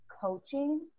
coaching